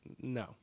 no